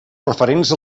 referents